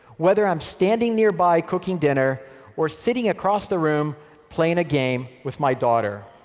whether i'm standing nearby cooking dinner or sitting across the room playing a game with my daughter.